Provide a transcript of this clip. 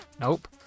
Nope